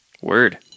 Word